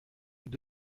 deux